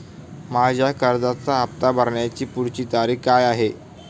माझ्या कर्जाचा हफ्ता भरण्याची पुढची तारीख काय आहे?